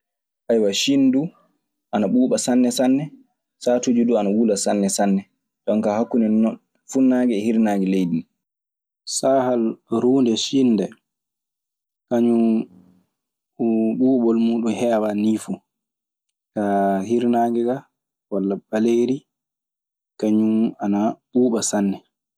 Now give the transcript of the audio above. Ayewa cine dum ana ɓuba sanne sanne satuji dum ana wulla sanne sanne, djone ka hakunɗe funage e hirnagee gendiiɗi. S al ruunde Siin ndee, kañun ɓuuɓol muuɗun heewaa nii fuu. Kaa, hirnannge gaa walla ɓaleeri kañun ana ɓuuɓa sanne.